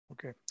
Okay